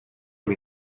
amb